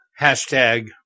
hashtag